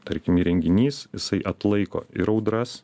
tarkim įrenginys jisai atlaiko ir audras